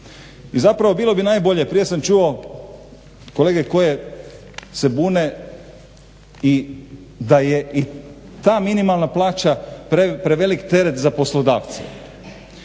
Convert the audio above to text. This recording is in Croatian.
I zapravo bilo bi najbolje, prije sam čuo kolege koje se bune i da je i ta minimalna plaća prevelik teret za poslodavca.